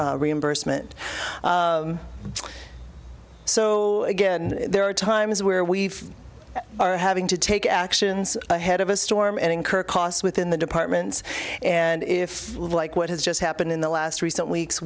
reimbursement so again there are times where we've are having to take actions head of a storm and incur costs within the departments and if like what has just happened in the last recent weeks